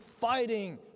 fighting